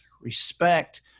respect